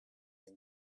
and